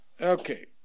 Okay